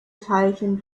teilchen